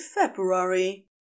February